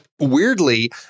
Weirdly